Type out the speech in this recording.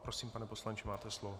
Prosím, pane poslanče, máte slovo.